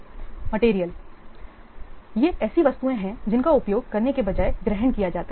material ये ऐसी वस्तुएं हैं जिनका उपयोग करने के बजाय ग्रहण किया जाता है